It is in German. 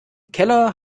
keller